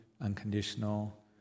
unconditional